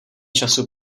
času